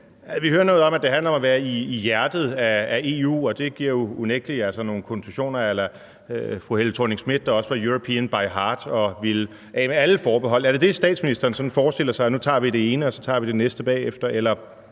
Vi hører noget om, at det handler om at være i hjertet af EU, og det giver jo unægtelig nogle konnotationer a la Helle Thorning-Schmidt, der også var european by heart og ville af med alle forbehold. Er det det, statsministeren forestiller sig – nu tager vi det ene, og så tager vi det næste bagefter?